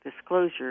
Disclosure